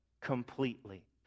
completely